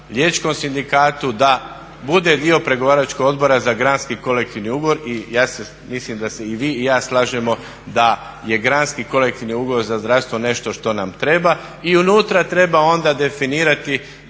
liječničkom sindikatu da bude dio pregovaračkog odbora za gradski kolektivni ugovor i ja mislim da se i vi i ja slažemo da je gradski kolektivni ugovor za zdravstvo nešto što nam treba i unutra treba onda definirati